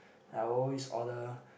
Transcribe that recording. I always order